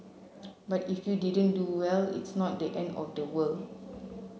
but if you didn't do well it's not the end of the world